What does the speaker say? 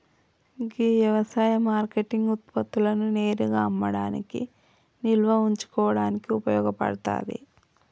గీ యవసాయ మార్కేటింగ్ ఉత్పత్తులను నేరుగా అమ్మడానికి నిల్వ ఉంచుకోడానికి ఉపయోగ పడతాది